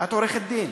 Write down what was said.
את עורכת-דין.